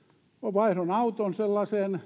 vaihdoin auton sellaiseen